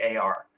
AR